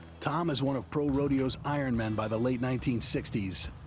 tom is one of pro rodeo's iron men by the late nineteen sixty s,